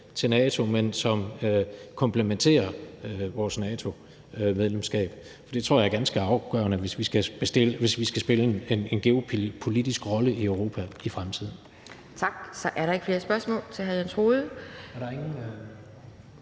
til NATO, men som noget, der komplementerer vores NATO-medlemskab. Det tror jeg er ganske afgørende, hvis vi skal spille en geopolitisk rolle i Europa i fremtiden. Kl. 15:24 Anden næstformand (Pia Kjærsgaard):